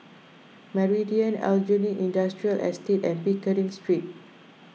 Meridian Aljunied Industrial Estate and Pickering Street